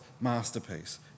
masterpiece